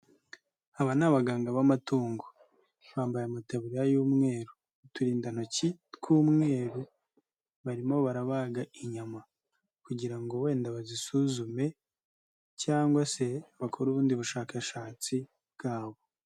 Aba ni abaganga b'amatungo. Bambaye amateburiya y'umweru, uturindantoki tw'umweru, barimo barabaga inyama kugira ngo wenda bazisuzume cyangwa se bakore ubundi bushakashatsi bwabo.